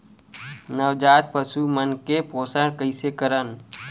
नवजात पशु मन के पोषण कइसे करन?